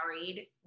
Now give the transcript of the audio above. married